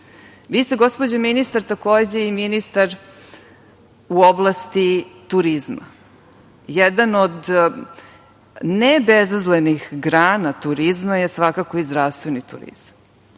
ste, gospođo ministar, takođe, i ministar u oblasti turizma. Jedna od ne bezazlenih grana turizma je svakako i zdravstveni turizam.